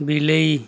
ବିଲେଇ